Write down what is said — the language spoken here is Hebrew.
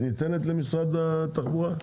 היא ניתנת למשרד התחבורה?